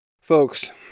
Folks